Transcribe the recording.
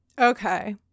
Okay